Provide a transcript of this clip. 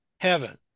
heaven